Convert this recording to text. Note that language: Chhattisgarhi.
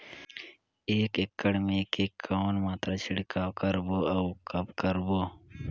एक एकड़ मे के कौन मात्रा छिड़काव करबो अउ कब करबो?